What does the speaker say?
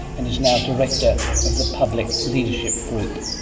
and is now director of the public leadership group.